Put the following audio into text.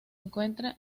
encuentra